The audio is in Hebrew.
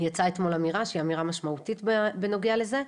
יצאה אתמול אמירה שהיא אמירה משמעותית בנוגע לזה,